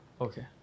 Okay